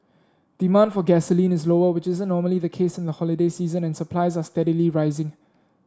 demand for gasoline is lower which isn't normally the case in the holiday season and supplies are steadily rising